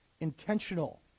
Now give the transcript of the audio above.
intentional